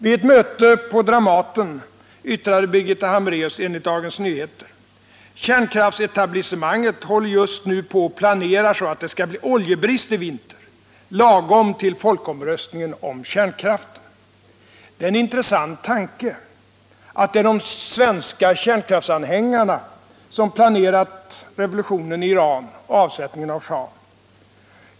Vid ett möte på Dramaten yttrade Birgitta Hambraeus enligt DN: ”Kärnkraftsetablissemanget håller just nu på och planerar så att det skall bli oljebrist i vinter, lagom till folkomröstningen om kärnkraften.” Det är en intressant tanke att det är de svenska kärnkraftsanhängarna som planerat revolutionen i Iran och avsättningen av schahen.